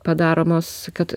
padaromos kad